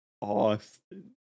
Austin